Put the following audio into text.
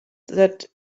that